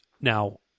Now